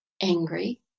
angry